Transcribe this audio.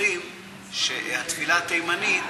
אומרים שהתפילה התימנית,